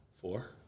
Four